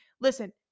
listen